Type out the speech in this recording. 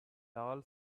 tall